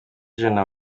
ijana